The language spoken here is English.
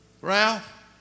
Ralph